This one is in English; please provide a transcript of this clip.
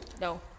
No